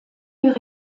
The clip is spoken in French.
mur